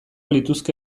lituzke